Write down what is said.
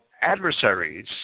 adversaries